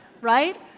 right